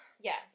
Yes